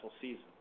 season